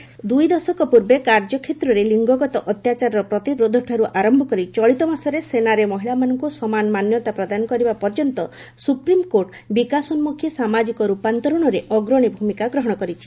ରାଷ୍ଟ୍ରପତି କହିଛନ୍ତି ଦୁଇଦଶକ ପୂର୍ବେ କାର୍ଯ୍ୟକ୍ଷେତ୍ରରେ ଲିଙ୍ଗଗତ ଅତ୍ୟାଚାରର ପ୍ରତିରୋଧ ଠାରୁ ଆରମ୍ଭ କରି ଚଳିତମାସରେ ସେନାରେ ମହିଳାମାନଙ୍କୁ ସମାନ ମାନ୍ୟତା ପ୍ରଦାନ କରିବା ପର୍ଯ୍ୟନ୍ତ ସୁପ୍ରିମକୋର୍ଟ ବିକାଶୋନ୍ମଖୀ ସାମାଜିକ ରୂପାନ୍ତରଣରେ ଅଗ୍ରଣୀ ଭୂମିକା ଗ୍ରହଣ କରିଛି